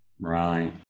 right